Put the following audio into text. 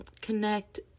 connect